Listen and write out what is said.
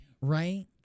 Right